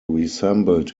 resembled